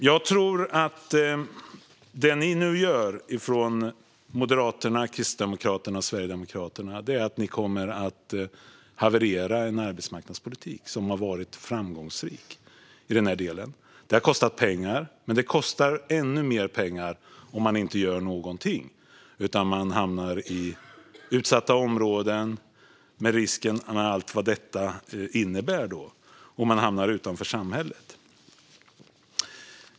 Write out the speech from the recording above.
Jag tror att det ni i Moderaterna, Kristdemokraterna och Sverigedemokraterna nu gör kommer att få en arbetsmarknadspolitik som varit framgångsrik att haverera. Den har kostat pengar, men det kostar ännu mer pengar om man inte gör någonting och människor hamnar i utsatta områden med alla risker det innebär att hamna utanför samhället.